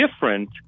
different